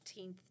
18th